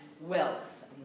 wealth